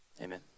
Amen